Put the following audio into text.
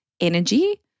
energy